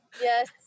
Yes